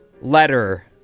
letter